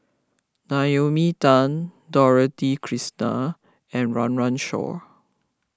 Naomi Tan Dorothy Krishnan and Run Run Shaw